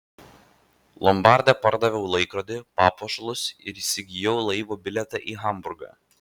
lombarde pardaviau laikrodį papuošalus ir įsigijau laivo bilietą į hamburgą